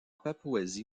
papouasie